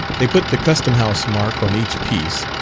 they put the custom-house mark on each piece,